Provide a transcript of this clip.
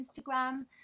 Instagram